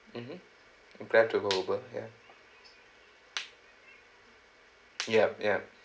mmhmm Grab took it over ya yup yup